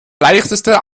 leichteste